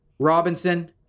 robinson